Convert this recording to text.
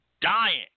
dying